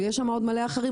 ויש שם עוד מלא אחרים,